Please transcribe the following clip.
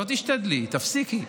לא תשתדלי, תפסיקי.